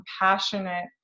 compassionate